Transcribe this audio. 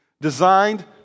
designed